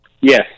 Yes